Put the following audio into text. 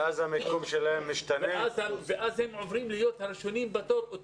גבוהים ואז אוטומטית הם עוברים להיות הראשונים בתור.